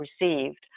received